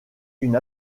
une